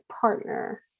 partner